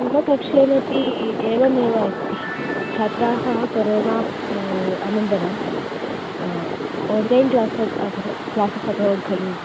मम कक्ष्यामपी एवमेव अस्ति छात्राः कोरोना अनन्तरम आन्लैन् क्लासस् अभवत क्लासस् अभवत् खलु